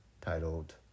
titled